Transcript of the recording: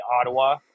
Ottawa